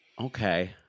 Okay